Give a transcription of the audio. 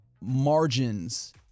margins